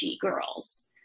girls